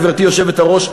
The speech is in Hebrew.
גברתי היושבת-ראש,